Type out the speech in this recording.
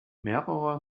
mehrere